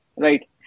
Right